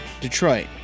Detroit